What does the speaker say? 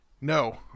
No